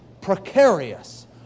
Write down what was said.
Precarious